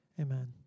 amen